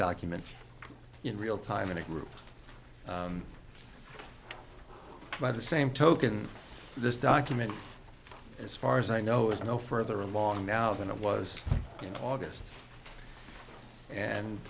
document in real time in a group by the same token this document as far as i know is no further along now than it was in august and